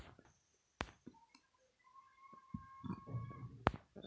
angel निवेशक के व्यापार दूत या अनौपचारिक निवेशक भी कहल जा हई